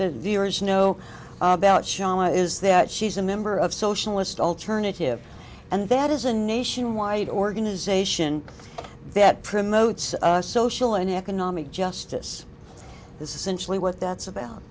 the viewers know about shana is that she's a member of socialist alternative and that is a nationwide organization that promotes social and economic justice this essentially what that's about